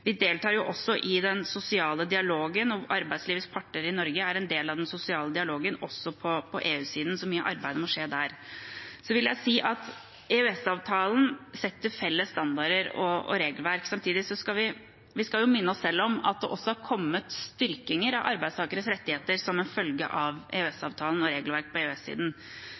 Vi deltar jo også i den sosiale dialogen. Arbeidslivets parter i Norge er en del av den sosiale dialogen også på EU-siden, så mye av arbeidet må skje der. EØS-avtalen setter felles standarder og regelverk. Samtidig skal vi minne oss selv om at det også har kommet styrkinger av arbeidstakeres rettigheter som en følge av EØS-avtalen og regelverk på